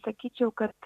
sakyčiau kad